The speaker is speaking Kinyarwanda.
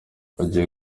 bagiye